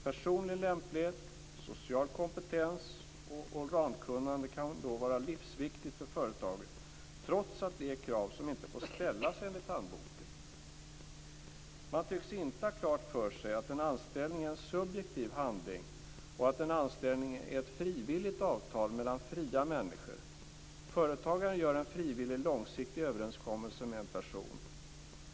Personlig lämplighet, social kompetens och allroundkunnande kan då vara livsviktigt för företaget, trots att det är krav som inte får ställas enligt handboken. Man tycks inte ha klart för sig att en anställning är en subjektiv handling och att en anställning är ett frivilligt avtal mellan fria människor. Företagaren gör en frivillig, långsiktig överenskommelse med en person.